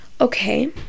Okay